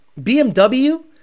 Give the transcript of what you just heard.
BMW